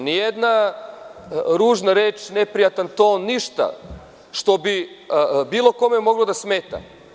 Nijedna ružna reč, neprijatan ton, ništa što bi bilo kome moglo da smeta.